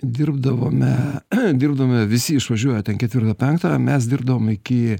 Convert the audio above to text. dirbdavome dirbdavome visi išvažiuoja ten ketvirtą penktą o mes dirbdavom iki